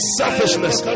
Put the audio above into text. selfishness